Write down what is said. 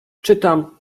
czytam